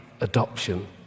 adoption